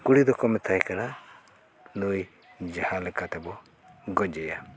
ᱠᱩᱲᱤ ᱫᱚᱠᱚ ᱢᱮᱛᱟᱭ ᱠᱟᱱᱟ ᱱᱩᱭ ᱡᱟᱦᱟᱸ ᱛᱮᱵᱚ ᱜᱚᱡᱮᱭᱟ